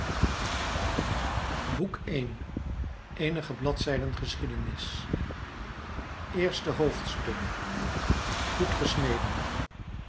boek i eenige bladzijden geschiedenis bladz i goed gesneden